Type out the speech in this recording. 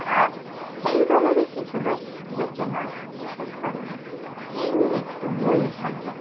আর সেই দলেরই কিছু লোক বলছে না শোধ করেনি এই নিয়ে তুমুল ঝামেলা